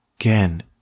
Again